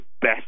best